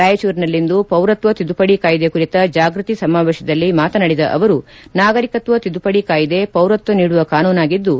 ರಾಯಚೂರಿನಲ್ಲಿಂದು ಪೌರತ್ನ ತಿದ್ದುಪಡಿ ಕಾಯಿದೆ ಕುರಿತ ಜಾಗೃತಿ ಸಮಾವೇತದಲ್ಲಿ ಮಾತನಾಡಿದ ಅವರು ನಾಗರಿಕತ್ವ ತಿದ್ದುಪಡಿ ಕಾಯಿದೆ ಪೌರತ್ವ ನೀಡುವ ಕಾನೂನಾಗಿದ್ದು